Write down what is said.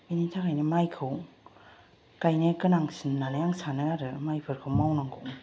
बेनि थाखायनो माइखौ गायनाया गोनांसिन होननानै आं सानो आरो माइफोरखौ मावनांगौ